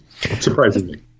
surprisingly